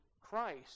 Christ